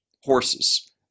Horses